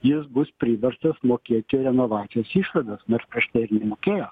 jis bus priverstas mokėti renovacijos išlaidas nors kažkiek ir mokėjo